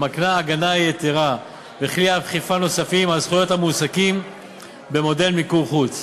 המקנה הגנה יתרה וכלי אכיפה נוספים על זכויות המועסקים במודל מיקור חוץ.